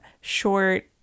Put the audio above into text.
short